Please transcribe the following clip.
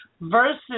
versus